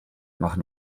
machen